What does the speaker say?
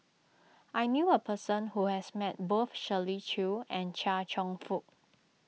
I knew a person who has met both Shirley Chew and Chia Cheong Fook